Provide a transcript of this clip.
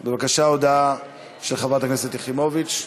בבקשה, הודעה של חברת הכנסת יחימוביץ.